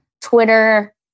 Twitter